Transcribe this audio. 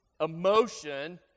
emotion